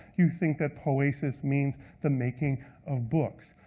you think that poesis means the making of books?